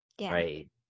Right